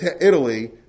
Italy